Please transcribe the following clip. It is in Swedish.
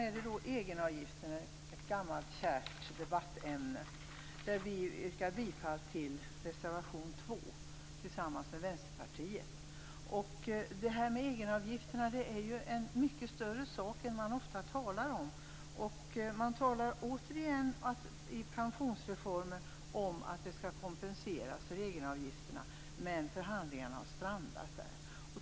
När det gäller egenavgifterna, ett gammalt kärt debattämne, yrkar jag bifall till reservation 2 tillsammans med Vänsterpartiet. Egenavgifterna är en mycket större sak än man ofta talar om. Man talade i pensionsreformen om en kompensation för egenavgifterna. Men förhandlingarna har strandat.